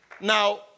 Now